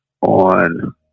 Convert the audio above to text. on